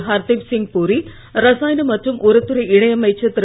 ஹர்திப் சிங் புரி ரசாயன மற்றும் உரத்துறை இணை அமைச்சர் திரு